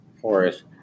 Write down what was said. forest